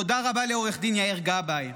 תודה רבה לעו"ד יאיר גבאי.